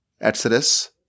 Exodus